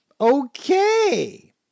okay